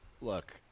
look